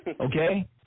Okay